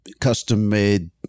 custom-made